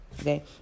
Okay